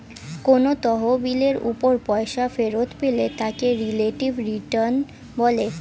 কোন তহবিলের উপর পয়সা ফেরত পেলে তাকে রিলেটিভ রিটার্ন বলে